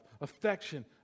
affection